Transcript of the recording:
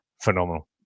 phenomenal